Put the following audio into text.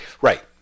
Right